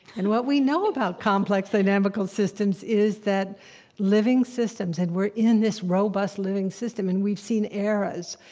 and what we know about complex dynamical systems is that living systems and we're in this robust living system. and we've seen eras.